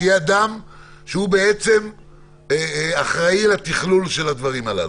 שיהיה אדם שאחראי לתכלול של הדברים הללו.